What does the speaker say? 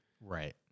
right